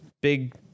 big